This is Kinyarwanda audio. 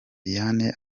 diane